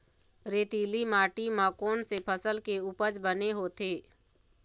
रेतीली माटी म कोन से फसल के उपज बने होथे?